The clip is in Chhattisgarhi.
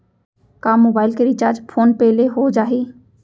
का मोबाइल के रिचार्ज फोन पे ले हो जाही?